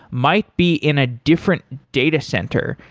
might be in a different data center.